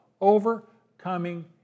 overcoming